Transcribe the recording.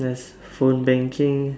phone banking